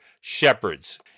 shepherds